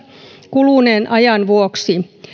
kuluneen ajan vuoksi